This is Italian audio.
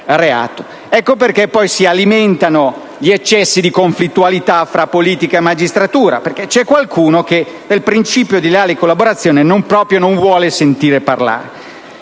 Ecco perché poi si alimentano gli eccessi di conflittualità tra politica e magistratura. C'è infatti qualcuno che del principio di leale collaborazione proprio non vuole sentire parlare.